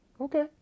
Okay